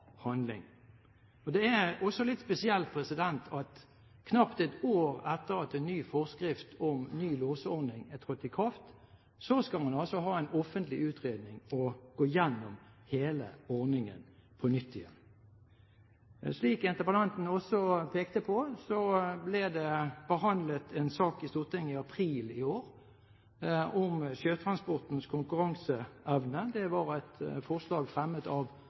handling. Det er også litt spesielt at knapt et år etter at en ny forskrift om ny losordning trådte i kraft, skal man altså ha en offentlig utredning og gå igjennom hele ordningen på nytt. Slik interpellanten også pekte på, ble en sak om sjøtransportens konkurranseevne behandlet i Stortinget i april i år. Det var et forslag fremmet av